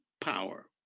power